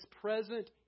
present